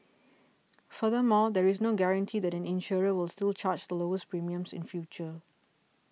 furthermore there is no guarantee that an insurer will still charge the lowest premiums in future